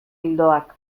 ildoak